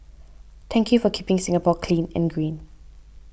thank you for keeping Singapore clean and green